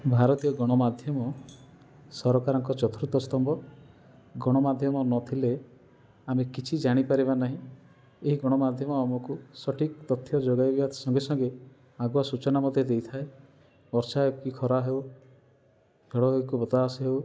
ଭାରତୀୟ ଗଣମାଧ୍ୟମ ସରକାରଙ୍କ ଚତୁର୍ଥ ସ୍ତମ୍ଭ ଗଣମାଧ୍ୟମ ନଥିଲେ ଆମେ କିଛି ଜାଣିପାରିବା ନାହିଁ ଏଇ ଗଣମାଧ୍ୟମ ଆମକୁ ସଠିକ୍ ତଥ୍ୟ ଯୋଗାଇବା ସଙ୍ଗେ ସଙ୍ଗେ ଆଗୁଆ ସୂଚନା ମଧ୍ୟ ଦେଇଥାଏ ବର୍ଷା କି ଖରା ହେଉ ଝଡ଼ ହେଉ କି ବତାସ ହେଉ